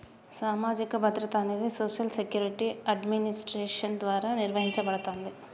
సామాజిక భద్రత అనేది సోషల్ సెక్యూరిటీ అడ్మినిస్ట్రేషన్ ద్వారా నిర్వహించబడతాంది